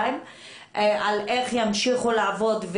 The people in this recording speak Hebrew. על איך ימשיכו לעבוד.